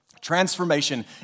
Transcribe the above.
Transformation